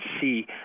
see